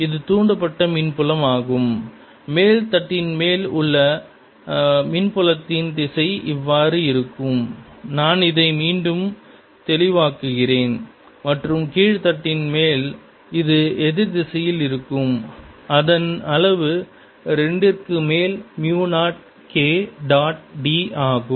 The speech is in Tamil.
இது தூண்டப்பட்ட மின்புலம் ஆகும் மேல் தட்டின்மேல் உள்ள மின்புலத்தின் திசை இவ்வாறு இருக்கும் நான் இதை மீண்டும் தெளிவாக்குகிறேன் மற்றும் கீழ் தட்டின்மேல் இது எதிர் திசையில் இருக்கும் அதன் அளவு 2 ற்கு மேல் மியூ 0 K டாட் d ஆகும்